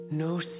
No